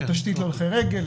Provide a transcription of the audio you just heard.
התשתית להולכי רגל,